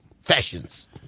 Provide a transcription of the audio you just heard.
fashions